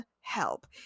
help